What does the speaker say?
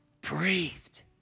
breathed